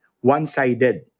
one-sided